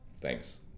Thanks